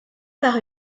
par